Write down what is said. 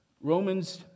Romans